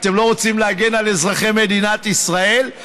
אתם לא רוצים להגן על אזרחי מדינת ישראל?